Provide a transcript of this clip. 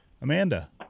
Amanda